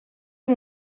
amb